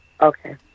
Okay